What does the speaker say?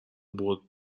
بٌرد